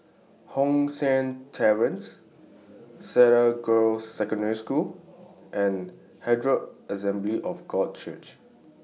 Hong San Terrace Cedar Girls' Secondary School and Herald Assembly of God Church